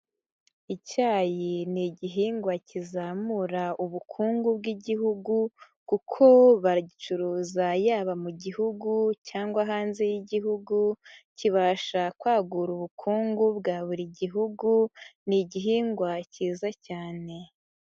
Icyayi ni igihingwa kizamura ubukungu bw'igihugu kuko bagicuruza yaba mu gihugu, cyangwa hanze y'igihugu kibasha kwagura ubukungu bwa buri gihugu, ni igihingwa cyiza cyane.